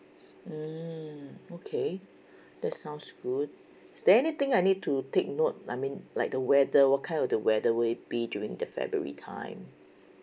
mm okay that sounds good is there anything I need to take note I mean like the weather what kind of the weather will it be during the february time